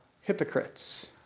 hypocrites